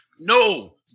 No